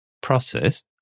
process